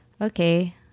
Okay